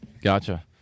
Gotcha